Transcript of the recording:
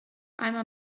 eimer